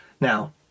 Now